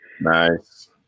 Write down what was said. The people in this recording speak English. Nice